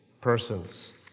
persons